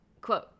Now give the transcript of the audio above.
Quote